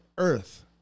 earth